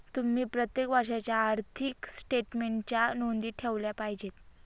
तुम्ही प्रत्येक वर्षाच्या आर्थिक स्टेटमेन्टच्या नोंदी ठेवल्या पाहिजेत